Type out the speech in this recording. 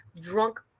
drunk